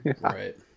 right